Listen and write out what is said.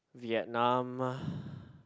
Vietnam